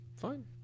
Fine